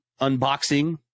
unboxing